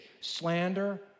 slander